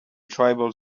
tribal